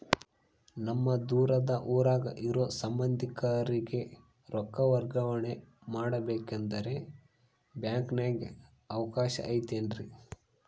ನಮ್ಮ ದೂರದ ಊರಾಗ ಇರೋ ಸಂಬಂಧಿಕರಿಗೆ ರೊಕ್ಕ ವರ್ಗಾವಣೆ ಮಾಡಬೇಕೆಂದರೆ ಬ್ಯಾಂಕಿನಾಗೆ ಅವಕಾಶ ಐತೇನ್ರಿ?